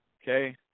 Okay